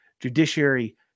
Judiciary